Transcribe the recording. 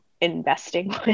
investing